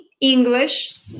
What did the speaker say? English